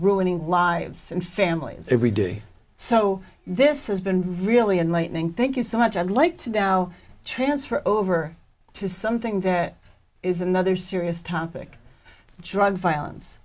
ruining lives and families every day so this has been really enlightening thank you so much i'd like to now transfer over to something that is another serious topic drug violence